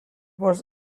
was